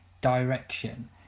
direction